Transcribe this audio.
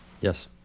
yes